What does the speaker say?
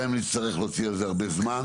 גם אם נצטרך להוציא על זה הרבה זמן.